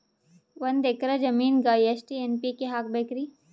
ಒಂದ್ ಎಕ್ಕರ ಜಮೀನಗ ಎಷ್ಟು ಎನ್.ಪಿ.ಕೆ ಹಾಕಬೇಕರಿ?